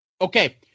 Okay